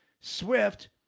Swift